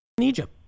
Egypt